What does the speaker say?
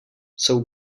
jsou